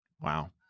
wow